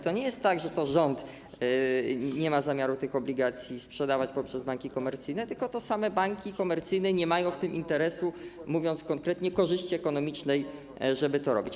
To nie jest tak, że to rząd nie ma zamiaru tych obligacji sprzedawać poprzez banki komercyjne, tylko to one nie mają w tym interesu, mówiąc konkretnie - korzyści ekonomicznej, żeby to robić.